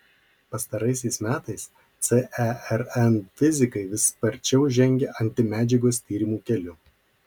pastaraisiais metais cern fizikai vis sparčiau žengia antimedžiagos tyrimų keliu